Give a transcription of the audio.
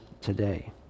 today